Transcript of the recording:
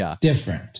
different